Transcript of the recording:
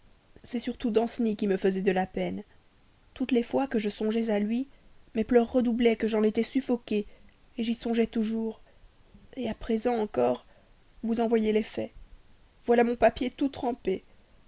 c'est surtout danceny qui me faisait de la peine toutes les fois que je songeais à lui mes pleurs redoublaient que j'en étais suffoquée j'y songeais toujours et à présent encore vous en voyez l'effet voilà mon papier tout trempé